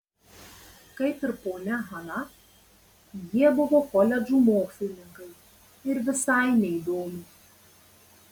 kaip ir ponia hana jie buvo koledžų mokslininkai ir visai neįdomūs